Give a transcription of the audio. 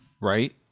Right